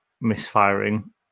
misfiring